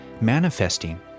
manifesting